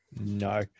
no